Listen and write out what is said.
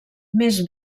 més